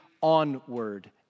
onward